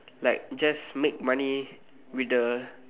like just make money with the